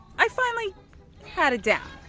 i finally had it down.